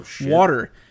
Water